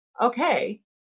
okay